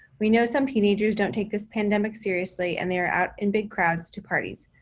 we know some teenagers don't take this pandemic seriously and they're out in big crowds to parties,